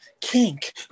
kink